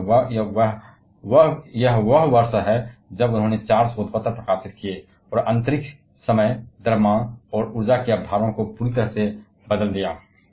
क्योंकि यह वह वर्ष है जब उन्होंने 4 शोध पत्र प्रकाशित किए और अंतरिक्ष समय द्रव्यमान और ऊर्जा की अवधारणाओं को पूरी तरह से बदल दिया